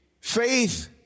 faith